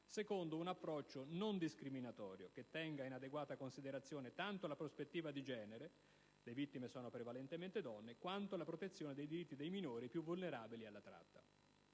secondo un approccio non discriminatorio, che tenga in adeguata considerazione tanto la prospettiva di genere (le vittime sono prevalentemente donne) quanto la protezione dei diritti dei minori, più vulnerabili alla tratta».